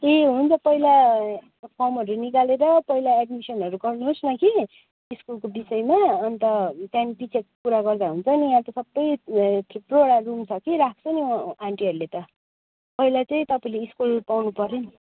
ए हुन्छ पहिला फर्महरू निकालेर पहिला एड्मिसनहरू गर्नुहोस् न कि स्कुलको विषयमा अन्त त्यहाँदेखि पछि कुरा गर्दा हुन्छ नि यहाँ त सबै थुप्रोवटा रुम छ कि राख्छ नि आन्टीहरूले त पहिला चाहिँ तपाईँले स्कुल पाउनु पऱ्यो नि